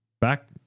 back